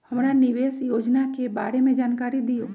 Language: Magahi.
हमरा निवेस योजना के बारे में जानकारी दीउ?